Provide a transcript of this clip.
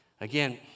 Again